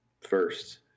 first